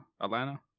Atlanta